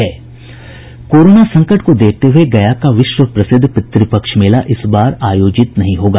corona संकट को देखते हये गया का विश्व प्रसिद्ध पितृपक्ष मेला इस बार आयोजित नहीं होगा